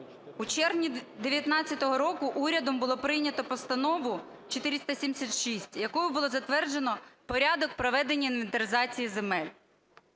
У червні 2019 року урядом було прийнято Постанову 476, якою було затверджено порядок проведення інвентаризації земель.